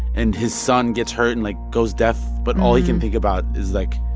and his son gets hurt and, like, goes deaf, but all he can think about is, like,